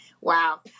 Wow